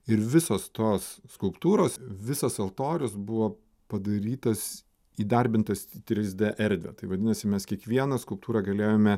ir visos tos skulptūros visas altorius buvo padarytas įdarbintas į trys d erdvę tai vadinasi mes kiekvieną skulptūrą galėjome